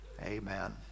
amen